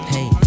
Hey